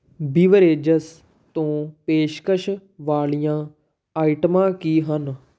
beverages ਤੋਂ ਪੇਸ਼ਕਸ਼ ਵਾਲੀਆਂ ਆਈਟਮਾਂ ਕੀ ਹਨ